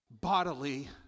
bodily